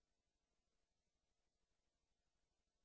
לכנסת,